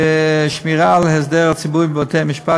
שמירה על הסדר הציבורי בבתי-המשפט,